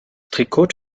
trikot